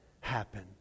happen